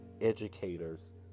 educators